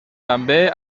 també